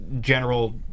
general